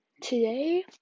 today